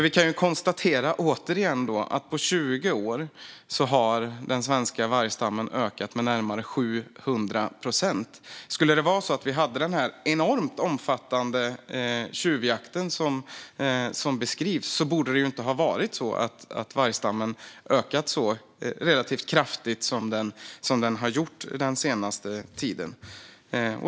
Vi kan återigen konstatera att på 20 år har den svenska vargstammen ökat med närmare 700 procent. Om det skulle råda den enormt omfattande tjuvjakt som beskrivs borde inte vargstammen ha ökat så relativt kraftigt som den har gjort den senaste tiden.